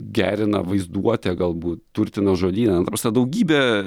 gerina vaizduotę galbūt turtina žodyną ta prasme daugybė